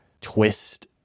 twist